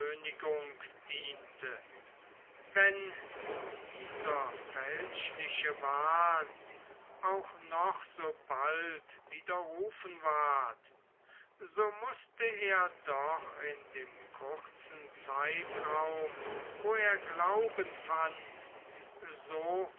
wenn dieser fälschliche wahn auch noch so bald widerrufen ward so mußte er doch in dem kurzen zeitraum wo er glauben fand so